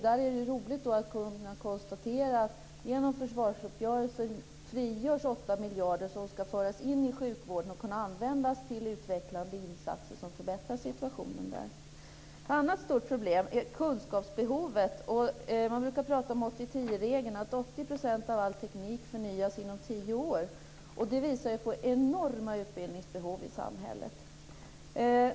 Här är det roligt att kunna konstatera att 8 miljarder frigörs genom försvarsuppgörelsen, som ska föras in i sjukvården och kunna användas till utvecklande insatser som förbättrar situationen där. Ett annat stort problem är kunskapsbehovet. Man brukar prata om 80-10-regeln, dvs. 80 % av all teknik förnyas inom tio år. Det visar på enorma utbildningsbehov i samhället.